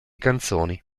canzoni